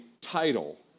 title